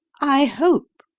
i hope,